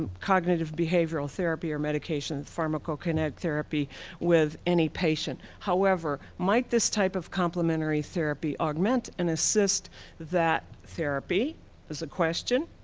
ah cognitive behavioral therapy or medication pharmacokinetic therapy with any patient. however, might this type of complimentary therapy augment and assist that therapy is a question,